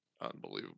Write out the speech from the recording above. unbelievable